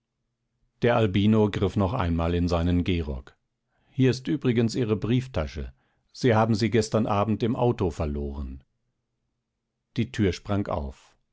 der albino griff noch einmal in seinen gehrock hier ist übrigens ihre brieftasche sie haben sie gestern abend im auto verloren die tür sprang auf